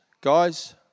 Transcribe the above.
guys